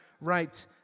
right